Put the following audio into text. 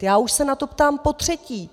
Já už se na to ptám potřetí!